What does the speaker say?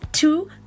two